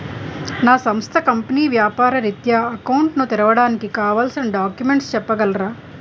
నా సంస్థ కంపెనీ వ్యాపార రిత్య అకౌంట్ ను తెరవడానికి కావాల్సిన డాక్యుమెంట్స్ చెప్పగలరా?